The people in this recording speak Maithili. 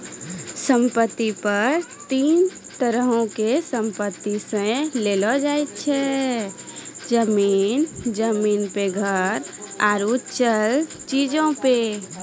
सम्पति कर तीन तरहो के संपत्ति से लेलो जाय छै, जमीन, जमीन मे घर आरु चल चीजो पे